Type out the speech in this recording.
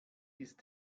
ist